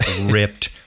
ripped